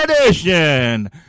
edition